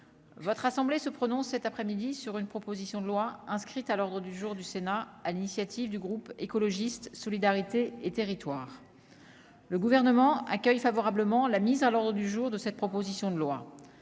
votre assemblée se prononce cet après-midi sur une proposition de loi inscrite à l'ordre du jour du Sénat à l'initiative du groupe écologiste solidarité et territoires le gouvernement accueille favorablement la mise à l'ordre du jour de cette proposition de loi